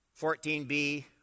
14b